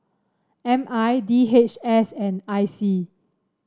M I D H S and I C